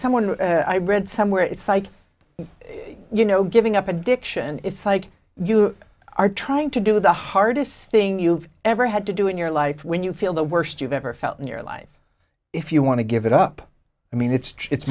someone i read somewhere it's like you know giving up an addiction it's like you are trying to do the hardest thing you've ever had to do in your life when you feel the worst you've ever felt in your life if you want to give it up i mean it's it's